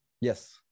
yes